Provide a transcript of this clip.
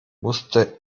musste